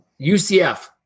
UCF